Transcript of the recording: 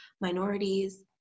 minorities